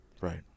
Right